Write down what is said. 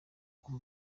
ubu